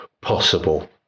possible